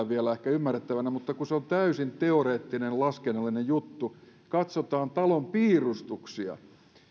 vielä pitää ymmärrettävänä mutta kun se on täysin teoreettinen laskennallinen juttu katsotaan talon piirustuksia